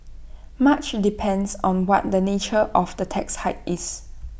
much in depends on what the nature of the tax hike is